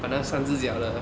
ah 那三只脚的